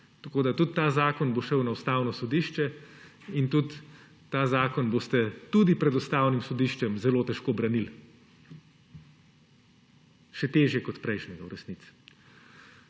Tako da tudi ta zakon bo šel na Ustavno sodišče in tudi ta zakon boste pred Ustavnim sodiščem zelo težko branili, v resnici še težje kot prejšnjega.